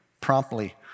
promptly